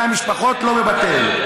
אני יודע שכרגע 100 משפחות לא בבתיהן.